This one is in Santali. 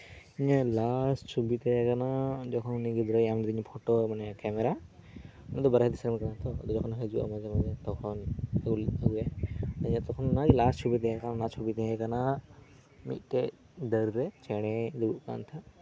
ᱤᱧᱟᱹᱜ ᱞᱟᱥ ᱪᱷᱚᱵᱤ ᱛᱟᱦᱮᱸ ᱠᱟᱱᱟ ᱡᱚᱠᱷᱚᱱ ᱩᱱᱤ ᱜᱤᱫᱽᱨᱟᱹᱭ ᱮᱢᱞᱮᱫᱤᱧᱟ ᱯᱷᱳᱴᱳ ᱢᱟᱱᱮ ᱠᱮᱢᱮᱨᱟ ᱩᱱᱤ ᱫᱚ ᱵᱟᱨᱦᱮ ᱫᱤᱥᱚᱢ ᱨᱮᱭ ᱛᱟᱦᱮᱱ ᱛᱟᱦᱮᱫ ᱛᱚ ᱟᱫᱚ ᱡᱚᱠᱷᱚᱱᱮ ᱦᱤᱡᱩᱜᱼᱟ ᱢᱟᱡᱷᱮ ᱢᱟᱡᱷᱮ ᱤᱧᱟᱹ ᱛᱚᱠᱷᱚᱱ ᱤᱧᱤᱧ ᱟᱹᱜᱩᱭᱟ ᱛᱚᱠᱷᱚᱱ ᱚᱱᱟᱜᱮ ᱤᱧᱟᱜ ᱞᱟᱥ ᱪᱷᱚᱵᱤ ᱛᱟᱦᱮᱸ ᱠᱟᱱᱟ ᱚᱱᱟ ᱪᱷᱚᱵᱤ ᱛᱟᱦᱮᱸ ᱠᱟᱱᱟ ᱢᱤᱫᱴᱮᱱ ᱫᱟᱨᱮ ᱨᱮ ᱪᱮᱬᱮᱭ ᱫᱩᱲᱩᱵ ᱟᱠᱟᱱ ᱛᱟᱦᱮᱸᱫ